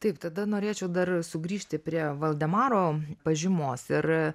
taip tada norėčiau dar sugrįžti prie valdemaro pažymos ir